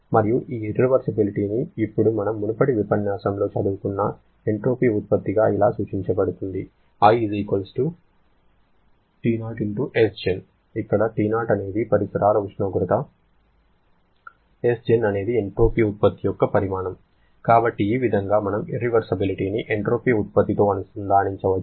మరియు ఈ ఇర్రివర్సిబిలిటిని ఇప్పుడు మనం మునుపటి ఉపన్యాసంలో చదువుకున్న ఎంట్రోపీ ఉత్పత్తిగా ఇలా సూచించబడుతుంది I ToSgen ఇక్కడ T0 అనేది పరిసరాల ఉష్ణోగ్రత Sgen అనేది ఎంట్రోపీ ఉత్పత్తి యొక్క పరిమాణం కాబట్టి ఈ విధంగా మనం ఇర్రివర్సిబిలిటిని ఎంట్రోపీ ఉత్పత్తితో అనుసంధానించవచ్చు